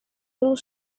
little